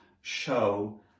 show